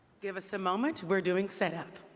give us a moment. we're doing set up.